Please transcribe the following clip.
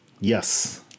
Yes